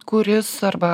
kuris arba